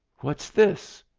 what's this?